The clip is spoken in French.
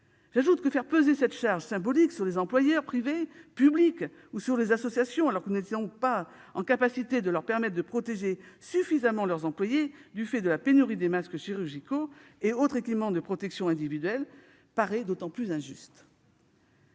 J'ajoute que faire peser cette charge symbolique sur les employeurs privés, publics, ou sur les associations, alors que nous n'étions pas en capacité de leur permettre de protéger suffisamment leurs employés du fait de la pénurie de masques chirurgicaux et autres équipements de protection individuelle paraît d'autant plus injuste.